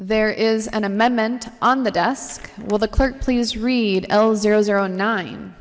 there is an amendment on the desk will the clerk please read l zero zero nine